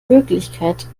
wirklichkeit